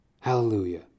Hallelujah